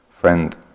friend